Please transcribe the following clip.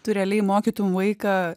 tu realiai mokytum vaiką